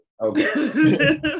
Okay